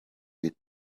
with